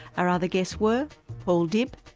our other guests were paul dibb,